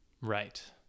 right